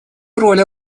роль